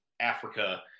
Africa